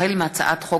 החל בהצעת חוק